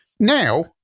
Now